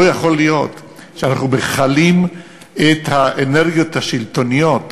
לא יכול להיות שאנחנו מכלים את האנרגיות השלטוניות